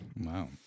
Wow